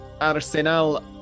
Arsenal